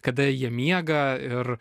kada jie miega ir